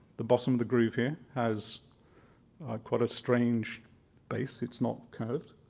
the bottom of the groove here has quite a strange base. it's not curved.